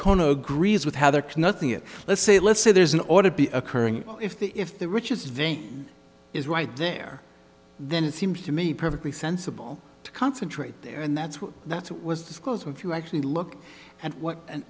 they're nothing it let's say let's say there's an order to be occurring if the if the richest vein is right there then it seems to me perfectly sensible to concentrate there and that's what that's what was disclosed if you actually look at what an